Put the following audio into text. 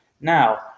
Now